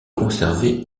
conservé